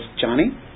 Johnny